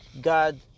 God